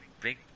Big